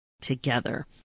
together